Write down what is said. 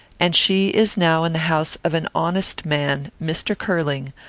and she is now in the house of an honest man, mr. curling,